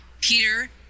Peter